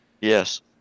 Yes